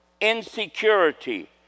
insecurity